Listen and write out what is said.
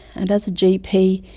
and as a gp,